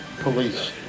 police